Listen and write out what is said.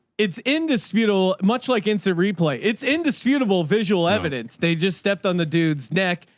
it's indisputable much like instant replay. it's indisputable, visual evidence. they just stepped on the dude's neck.